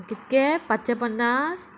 कितके पांचशे पन्नास